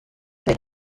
they